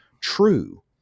true